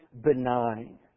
benign